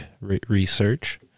research